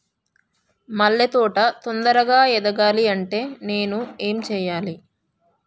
మల్లె తోట తొందరగా ఎదగాలి అంటే నేను ఏం చేయాలి?